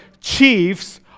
chiefs